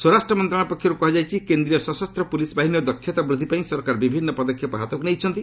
ସ୍ୱରାଷ୍ଟ୍ର ମନ୍ତ୍ରଣାଳୟ ପକ୍ଷରୁ କୁହାଯାଇଛି କେନ୍ଦ୍ରୀୟ ସଶସ୍ତ ପୁଲିସ୍ ବାହିନୀର ଦକ୍ଷତା ବୃଦ୍ଧି ପାଇଁ ସରକାର ବିଭିନ୍ନ ପଦକ୍ଷେପ ହାତକୁ ନେଇଛନ୍ତି